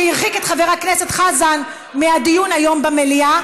שהרחיק את חבר הכנסת חזן מהדיון היום במליאה,